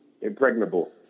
impregnable